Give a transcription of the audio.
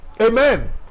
Amen